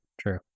true